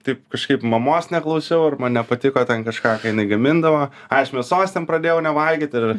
taip kažkaip mamos neklausiau ar man nepatiko ten kažką ką jinai gamindavo aš mėsos ten pradėjau nevalgyt ir